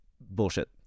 bullshit